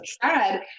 sad